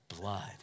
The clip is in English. Blood